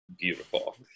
beautiful